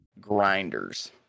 grinders